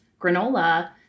granola